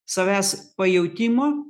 savęs pajautimo